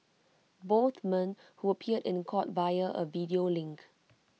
both men who appeared in court via A video link